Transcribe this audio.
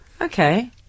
Okay